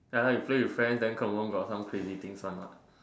ya you play with friends then confirm got some crazy things one what